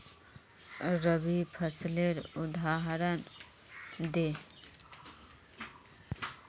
रवि फसलेर उदहारण दे?